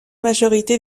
majorité